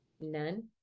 None